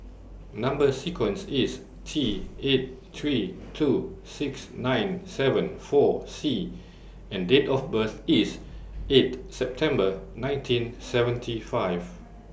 Number sequence IS T eight three two six nine seven four C and Date of birth IS eight September nineteen seventy five